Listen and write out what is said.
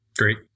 Great